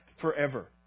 forever